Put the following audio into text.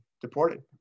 deported